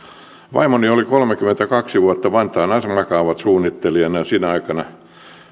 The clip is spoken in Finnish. vaimoni oli kolmekymmentäkaksi vuotta vantaan asemakaavasuunnittelijana ja sinä aikana